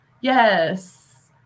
yes